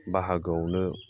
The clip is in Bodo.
बाहागोआवनो